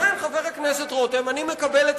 לכן, חבר הכנסת רותם, אני מקבל את